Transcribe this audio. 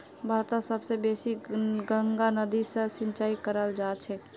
भारतत सब स बेसी गंगा नदी स सिंचाई कराल जाछेक